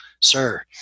sir